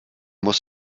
muss